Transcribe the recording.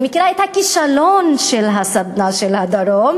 אני מכירה את הכישלון של הסדנה בדרום,